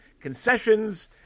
concessions